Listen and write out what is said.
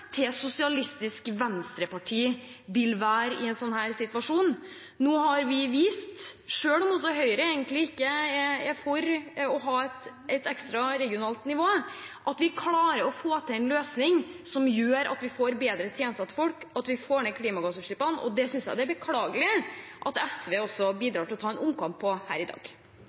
til Sosialistisk Venstreparti egentlig vil være i en slik situasjon. Nå har vi vist – selv om Høyre egentlig ikke er for å ha et ekstra regionalt nivå – at vi klarer å få til en løsning som gjør at vi får bedre tjenester til folk, at vi får ned klimagassutslippene. Jeg synes det er beklagelig at SV bidrar til å ta en omkamp om dette i dag.